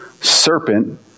serpent